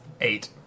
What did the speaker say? Eight